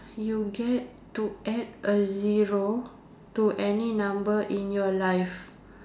you get to add a zero to any number in your life